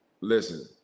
listen